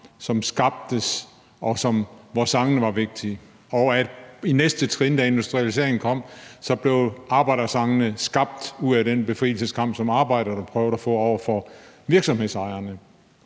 som skabtes, og hvor sangene var vigtige. Og i næste trin, da industrialiseringen kom, blev arbejdersangene skabt ud af den befrielseskamp, som arbejderne prøvede at få over for virksomhedsejerne.